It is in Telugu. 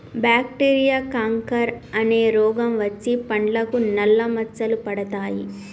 బాక్టీరియా కాంకర్ అనే రోగం వచ్చి పండ్లకు నల్ల మచ్చలు పడతాయి